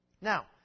Now